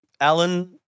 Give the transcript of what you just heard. Alan